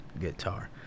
guitar